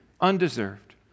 undeserved